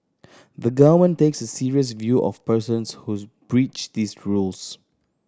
the Government takes a serious view of persons whose breach these rules